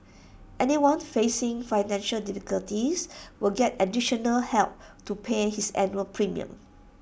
anyone facing financial difficulties will get additional help to pay his annual premium